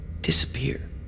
disappear